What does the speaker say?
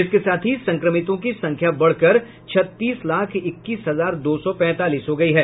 इसके साथ ही संक्रमितों की संख्या बढ़कर छत्तीस लाख इक्कीस हजार दो सौ पैंतालीस हो गयी है